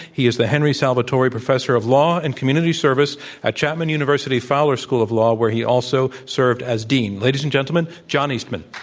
he is the henry salvatori professor of law and community service at chapman university fowler school of law, where he also served as dean. ladies and gentlemen, john eastman.